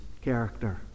character